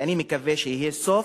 ואני מקווה שיהיה סוף,